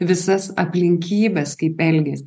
visas aplinkybes kaip elgias